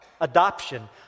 adoption